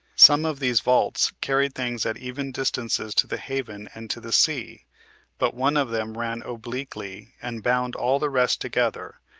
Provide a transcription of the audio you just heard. some of these vaults carried things at even distances to the haven and to the sea but one of them ran obliquely, and bound all the rest together,